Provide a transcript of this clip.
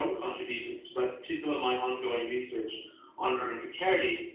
um contributions but to some of my ongoing research on urban precarity,